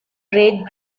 great